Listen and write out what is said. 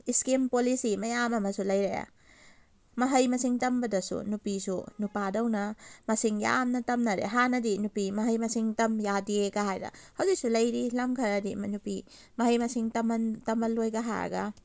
scheme policy ꯃꯌꯥꯝ ꯑꯃꯁꯨ ꯂꯩꯔꯛꯑꯦ ꯃꯍꯩ ꯃꯁꯤꯡ ꯇꯝꯕꯗꯁꯨ ꯅꯨꯄꯤꯁꯨ ꯅꯨꯄꯥꯗꯧꯅ ꯃꯁꯤꯡ ꯌꯥꯝꯅ ꯇꯝꯅꯔꯦ ꯍꯥꯟꯅꯗꯤ ꯅꯨꯄꯤ ꯃꯍꯩ ꯃꯁꯤꯡ ꯇꯝ ꯌꯥꯗꯦ ꯀꯥꯏ ꯍꯥꯏꯗꯅ ꯍꯧꯖꯤꯛꯁꯨ ꯂꯩꯔꯤ ꯂꯝ ꯈꯔꯗꯤ ꯅꯨꯄꯤ ꯃꯍꯩ ꯃꯁꯤꯡ ꯇꯝꯍꯟꯂꯣꯏꯒ ꯍꯥꯏꯔꯒ